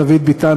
דוד ביטן,